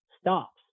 stops